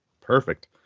Perfect